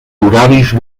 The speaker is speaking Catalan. horaris